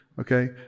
Okay